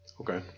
Okay